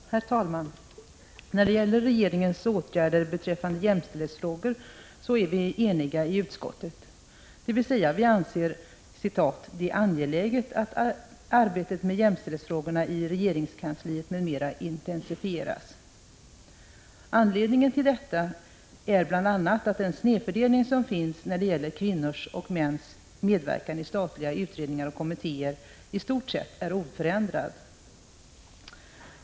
Regeringens åtgärder Herr talman! När det gäller regeringens åtgärder beträffande jämställd — beträffande jämställdhetsfrågor så är vi eniga i utskottet, dvs. vi anser ”det angeläget att arbetet — hetsfrågor med jämställdhetsfrågorna i regeringskansliet m.m. intensifieras”. Anled 33 ningen till detta är bl.a. att den snedfördelning som finns när det gäller kvinnors och mäns medverkan i statliga utredningar och kommittéer i stort sett är oförändrad.